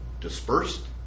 dispersed